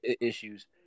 issues